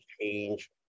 change